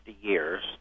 years